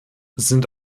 sind